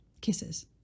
Kisses